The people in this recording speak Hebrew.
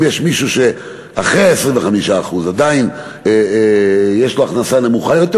אם יש מישהו שאחרי ה-25% עדיין יש לו הכנסה נמוכה יותר,